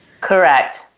Correct